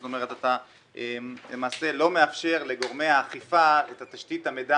זאת אומרת אתה למעשה לא מאפשר לגורמי האכיפה את תשתית המידע